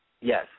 Yes